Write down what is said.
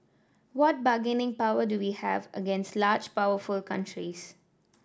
what bargaining power do we have against large powerful countries